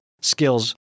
skills